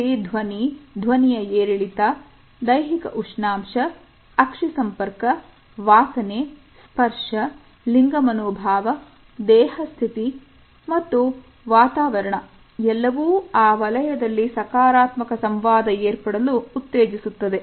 ಇಲ್ಲಿ ಧ್ವನಿ ಧ್ವನಿಯ ಏರಿಳಿತ ದೈಹಿಕ ಉಷ್ಣಾಂಶ ಅಕ್ಷಿ ಸಂಪರ್ಕ ವಾಸನೆ ಸ್ಪರ್ಶ ಲಿಂಗ ಮನೋಭಾವ ದೇಹಸ್ಥಿತಿ ಮತ್ತು ವಾತಾವರಣ ಎಲ್ಲವೂ ಆ ವಲಯದಲ್ಲಿ ಸಕಾರಾತ್ಮಕ ಸಂವಾದ ಏರ್ಪಡಲು ಉತ್ತೇಜಿಸುತ್ತವೆ